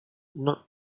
non